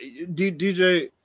DJ